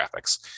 graphics